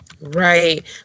right